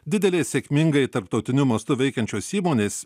dideliai sėkmingai tarptautiniu mastu veikiančios įmonės